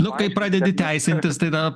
nu kai pradedi teisintis tai tada